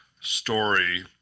story